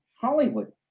hollywood